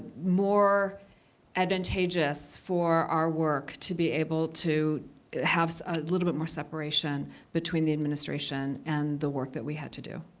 more advantageous for our work to be able to have a little bit more separation between the administration and the work that we had to do.